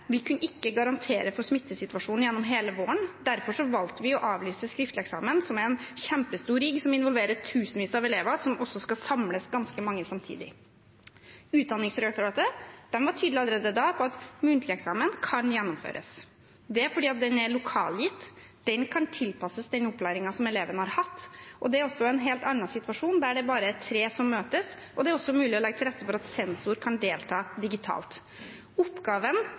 Vi kunne ikke garantere for smittesituasjonen gjennom hele våren. Derfor valgte vi å avlyse skriftlig eksamen, som er en kjempestor rigg, som involverer tusenvis av elever, der det også skal samles ganske mange samtidig. Utdanningsdirektoratet var allerede da tydelig på at muntlig eksamen kan gjennomføres. Det er fordi den er lokalgitt. Den kan tilpasses den opplæringen som eleven har hatt. Det er også en helt annen situasjon, der det bare er tre som møtes, og det er også mulig å legge til rette for at sensor kan delta digitalt. Oppgaven